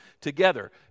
together